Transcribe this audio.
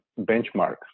benchmark